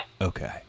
Okay